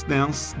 Dance